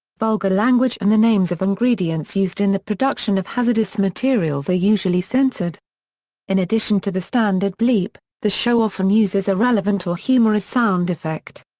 vulgar language and the names of ingredients used in the production of hazardous materials are usually censored in addition to the standard bleep, the show often uses a relevant or humorous sound effect.